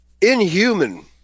inhuman